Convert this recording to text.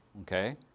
Okay